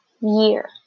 year